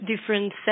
different